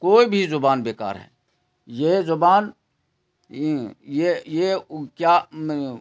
کوئی بھی زبان بیکار ہے یہ زبان یہ یہ کیا